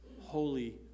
Holy